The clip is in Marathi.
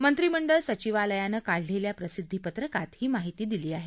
मंत्रीमंडळ सचीवालयानं काढलेल्या प्रसिद्धीपत्रकात ही माहिती दिली आहे